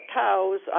cows